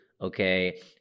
okay